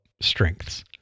strengths